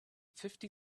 fifty